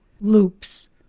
Loops